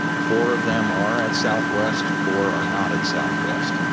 four of them are at southwest, four are not at southwest,